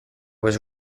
was